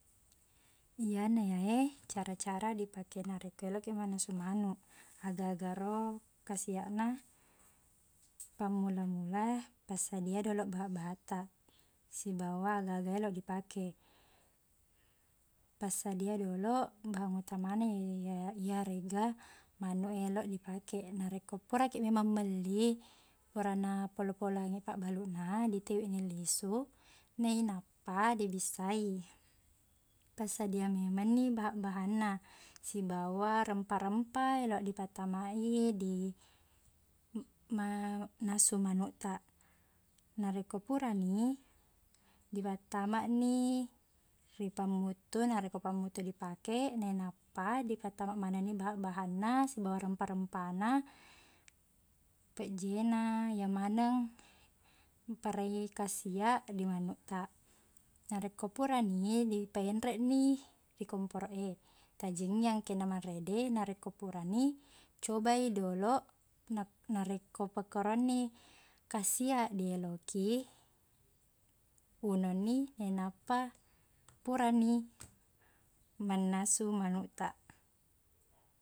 Iyana yae cara-cara dipake narekko eloqkiq mannasu manuq aga-agaro kasiaqna pammula-mula passadia doloq bahaq-bahatta sibawa aga-aga eloq dipake passadia doloq bahang utamana iye- iyareqga manuq eloq dipake narekko pura kiq memang melli purana polo-poloang pabbaluqna ditiwiqni lisu nainappa dibissai passadia memangni bahaq-bahanna sibawa rempa-rempa eloq dipattamai di ma- nasu manuqta narekko purani dipattamani ri pamuttu narekko pamuttu dipake nainappa dipattama manengni bahang-bahangna sibawa rempa-rempana pejjena iye maneng parei kasiaq dimanuqtaq narekko purani dipenreqni ri komporo e tajengni angkenna marede narekko purani cobai doloq nap- narekko pakkoronni kasiaq dieloki ununi nainappa purani mannasu manuqtaq